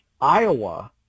Iowa